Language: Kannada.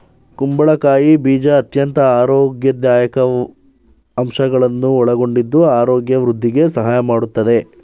ಕುಂಬಳಕಾಯಿ ಬೀಜ ಅತ್ಯಂತ ಆರೋಗ್ಯದಾಯಕ ಅಂಶಗಳನ್ನು ಒಳಗೊಂಡಿದ್ದು ಆರೋಗ್ಯ ವೃದ್ಧಿಗೆ ಸಹಾಯ ಮಾಡತ್ತದೆ